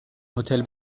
هتل